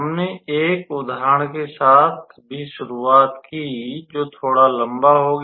हमने एक उदाहरण के साथ भी शुरुआत की जो थोड़ा लंबा हो गया